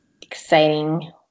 exciting